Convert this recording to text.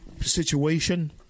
situation